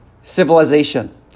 civilization